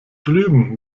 drüben